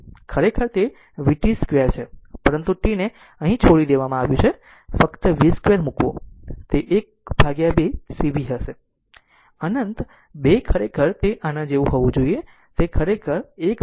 ખરેખર તે v t 2 છે પરંતુ tને અહીં છોડી દેવામાં આવ્યું છે ફક્ત v 2 મૂકવો તે 12 c v હશે અનંત 2 ખરેખર તે આના જેવું હોવું જોઈએ